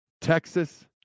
Texas